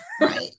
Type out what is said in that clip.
Right